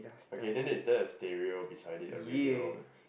okay then is that a stereo beside it a radio